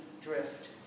drift